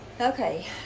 Okay